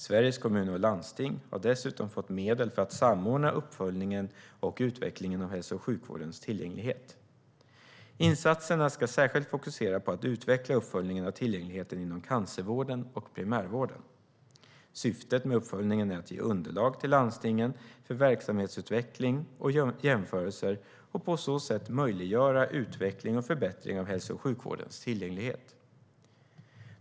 Sveriges Kommuner och Landsting har dessutom fått medel för att samordna uppföljningen och utvecklingen av hälso och sjukvårdens tillgänglighet. Insatserna ska särskilt fokusera på att utveckla uppföljningen av tillgängligheten inom cancervården och primärvården. Syftet med uppföljningen är att ge underlag till landstingen för verksamhetsutveckling och jämförelser och på så sätt möjliggöra utveckling och förbättring av hälso och sjukvårdens tillgänglighet.